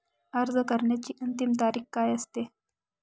अर्ज करण्याची अंतिम तारीख काय असते?